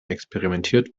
experimentiert